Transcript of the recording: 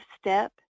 step